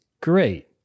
great